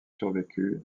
survécut